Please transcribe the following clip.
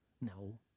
no